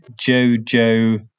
Jojo